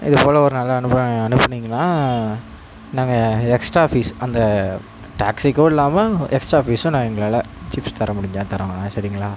இதுப்போல ஒரு நல்ல அனுபவ அனுப்பினிங்கனா நாங்கள் எக்ஸ்ட்ரா ஃபீஸ் அந்த டேக்ஸிக்கும் இல்லாமல் எக்ஸ்ட்ரா ஃபீஸும் நான் எங்களால் சிப்ஸ் தர முடிஞ்சால் தரோங்கணே சரிங்களா